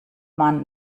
man